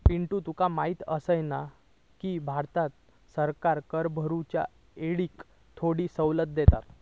पिंटू तुका माहिती आसा ना, की भारत सरकार कर भरूच्या येळेक थोडी सवलत देता